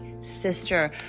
sister